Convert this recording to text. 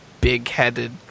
big-headed